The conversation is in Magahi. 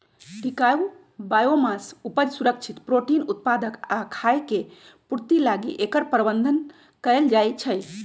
टिकाऊ बायोमास उपज, सुरक्षित प्रोटीन उत्पादक आ खाय के पूर्ति लागी एकर प्रबन्धन कएल जाइछइ